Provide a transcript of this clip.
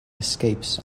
escapes